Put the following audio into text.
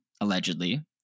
allegedly